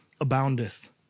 aboundeth